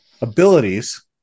abilities